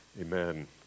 Amen